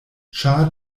ĉar